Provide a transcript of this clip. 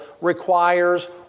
requires